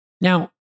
Now